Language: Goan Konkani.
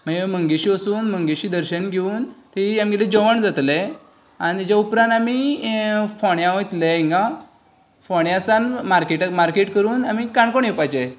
मागीर मंगेशी वचून मंगेशी दर्शन घेवून थंय आमगेले जेवण जातले आनी तेच्या उपरांत आमी फोंड्या वयतले हिंगा फोंड्या सावन मार्केटाक मार्केट करून आमी काणकोण येवपाचे